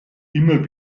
immer